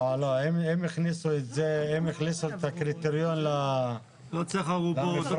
לא, אם הכניסו את הקריטריון למשרד של הממשלה?